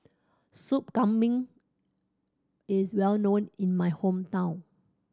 Sup Kambing is well known in my hometown